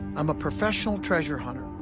i'm a professional treasure hunter.